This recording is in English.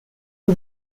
who